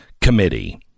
Committee